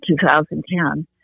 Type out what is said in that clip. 2010